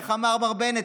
איך אמר מר בנט?